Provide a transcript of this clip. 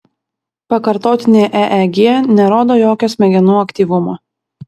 pakartotinė eeg nerodo jokio smegenų aktyvumo